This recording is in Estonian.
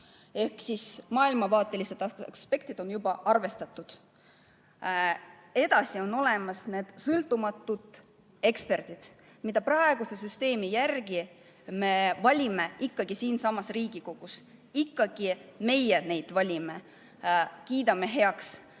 Ehk maailmavaatelisi aspekte on juba arvestatud. Edasi, on olemas sõltumatud eksperdid, keda me praeguse süsteemi järgi valime ikkagi siinsamas Riigikogus, ikkagi meie neid valime ja kiidame heaks.